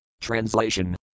Translation